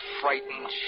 frightened